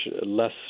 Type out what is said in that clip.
less